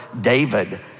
David